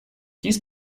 dies